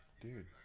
Dude